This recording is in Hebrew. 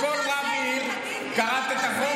אתה לא תעשה את זה כדין, כל רב עיר, קראת את החוק?